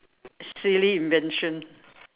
silly invention